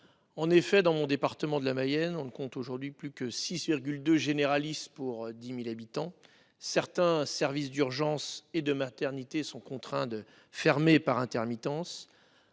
d'illustration, le département de la Mayenne, dont je suis élu, ne compte plus aujourd'hui que 6,2 généralistes pour 10 000 habitants. Certains services d'urgence et de maternité sont contraints de fermer par intermittence.